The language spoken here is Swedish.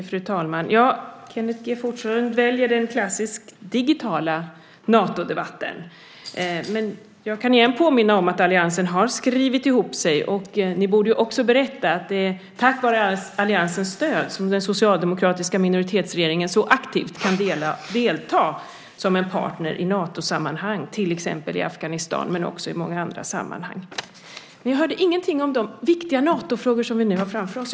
Fru talman! Kenneth G Forslund väljer den klassiskt digitala Natodebatten. Men jag kan återigen påminna om att alliansen har skrivit ihop sig. Ni borde också berätta att det är tack vare alliansens stöd som den socialdemokratiska minoritetsregeringen så aktivt kan delta som en partner i Natosammanhang, till exempel i Afghanistan, men också i många andra sammanhang. Vi hörde ingenting om de viktiga Natofrågor som vi nu har framför oss.